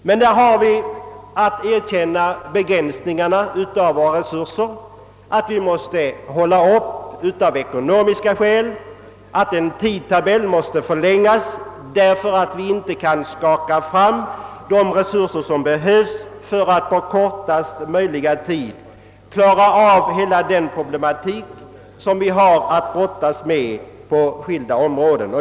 Men där har vi att erkänna begränsningarna av våra resurser — att vi måste hålla upp av ekonomiska skäl, att en tidtabell måste förlängas därför att vi inte kan skaka fram de resurser som behövs för att. på kortast möjliga tid klara av hela den problematik vi har att brottas med på skilda områden.